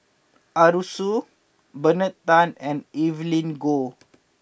Arasu Bernard Tan and Evelyn Goh